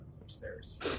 upstairs